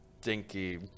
stinky